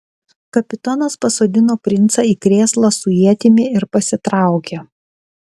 kapitonas pasodino princą į krėslą su ietimi ir pasitraukė